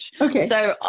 okay